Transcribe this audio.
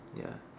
ya